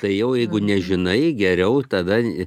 tai jau jeigu nežinai geriau tada